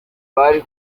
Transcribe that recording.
bari